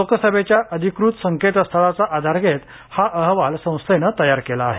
लोकसभेच्या अधिकृत संकेतस्थळाचा आधार घेत हा अहवाल संस्थेनं तयार केला आहे